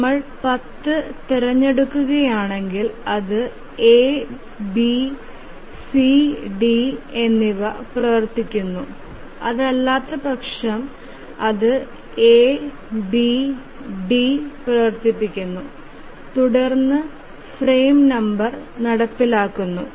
നമ്മൾ 10 തിരഞ്ഞെടുക്കുകയാണെങ്കിൽ അത് എ ബി സി ഡി എന്നിവ പ്രവർത്തിക്കുന്നു അല്ലാത്തപക്ഷം അത് എ ബി ഡി പ്രവർത്തിപ്പിക്കുന്നു തുടർന്ന് ഫ്രെയിം നമ്പർ നടപ്പിലാക്കുന്നു